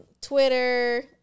Twitter